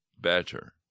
better